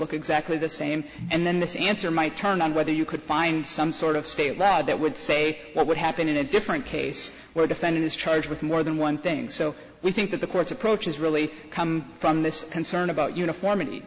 look exactly the same and then this answer might turn on whether you could find some sort of state law that would say what would happen in a different case where a defendant is charged with more than one thing so we think that the court's approach is really come from this concern about uniformity